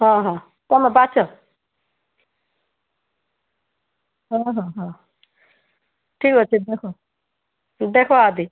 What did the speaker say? ହଁ ହଁ ତୁମେ ବାଛ ହଁ ହଁ ହଁ ଠିକ୍ ଅଛି ଦେଖ ଦେଖ ଆଜି